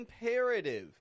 imperative